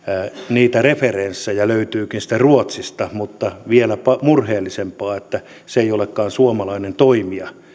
niitä referenssejä löytyykin sitten ruotsista mutta vielä murheellisempaa on että se ei olekaan suomalainen toimija